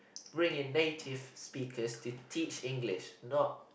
bring in native speakers to teach English not